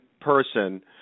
person